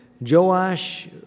Joash